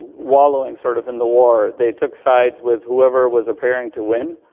wallowing sort of in the war. they took sides with whoever was appearing to win,